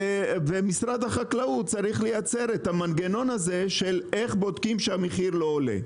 ומשרד החקלאות צריך לייצר את המנגנון הזה של איך בודקים שהמחיר לא עולה?